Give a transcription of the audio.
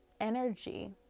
energy